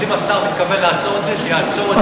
אז אם השר מתכוון לעצור את זה, שיעצור את זה.